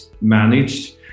managed